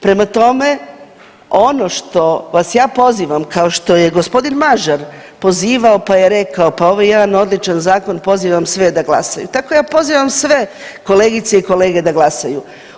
Prema tome, ono što vas ja pozivam, kao što je g. Mažar pozivao, pa je rekao, pa ovo je jedan odličan zakon, pozivam sve da glasaju, tako ja pozivam sve kolegice i kolege da glasaju.